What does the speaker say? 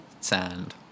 sand